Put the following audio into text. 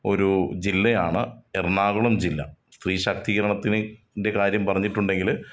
ഒരൂ ജില്ലയാണ് എറണാകുളം ജില്ല സ്ത്രീ ശക്തീകരണത്തിൻ്റെ കാര്യം പറഞ്ഞിട്ടുണ്ടെങ്കിൽ